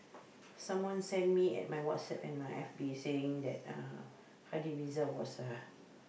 someone send me at my WhatsApp and my F_B saying that uh Hady-Mirza was a